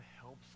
helps